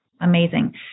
Amazing